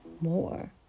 more